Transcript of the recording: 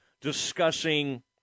discussing